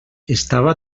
estava